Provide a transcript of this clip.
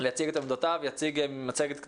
להציג את עמדותיו, יציג מצגת קצרה.